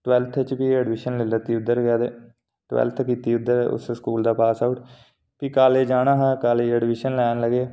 twelfth च बी admission लेई लैती उद्धर गै ते टवैलथ कीती उद्धर उस स्कूल दा पास आउट फ्ही कालेज जाना हा कालेज ऐडमिशन लैन लगे